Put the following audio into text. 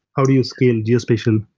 how do you scale geospatial?